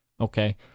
Okay